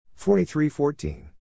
43-14